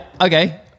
Okay